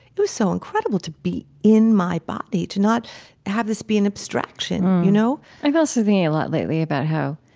it was so incredible to be in my body, to not have this be an abstraction, you know i'm also thinking a lot lately about,